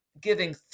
giving